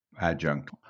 adjunct